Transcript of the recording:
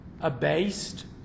Abased